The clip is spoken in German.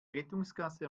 rettungsgasse